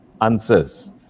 answers